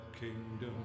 kingdom